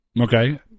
Okay